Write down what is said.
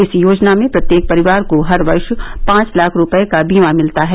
इस योजना में प्रत्येक परिवार को हर वर्ष पांच लाख रूपये का बीमा मिलता है